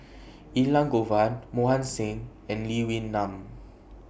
Elangovan Mohan Singh and Lee Wee Nam